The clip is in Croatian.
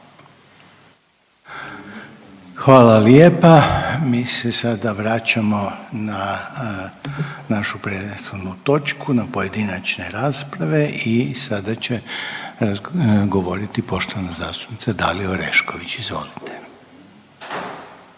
Željko (HDZ)** Mi se sada vraćamo na našu prethodnu točku, na pojedinačne rasprave i sada će govoriti poštovana zastupnica Dalija Orešković. Izvolite.